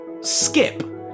skip